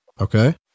Okay